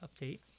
update